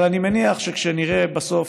אבל אני מניח שכשנראה בסוף